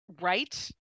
Right